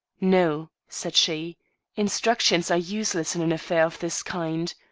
no, said she instructions are useless in an affair of this kind.